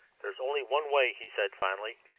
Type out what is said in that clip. there is only one way, he said finally,